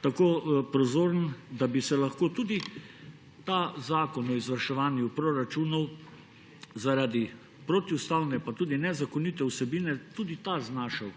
tako prozoren, da bi se lahko tudi ta zakon o izvrševanju proračunov zaradi protiustavne pa tudi nezakonite vsebine znašel